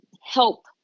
help